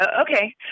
Okay